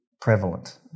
prevalent